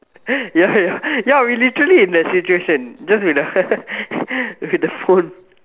ya ya ya we literally in the situation just with the with the phone